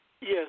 Yes